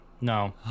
No